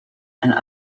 and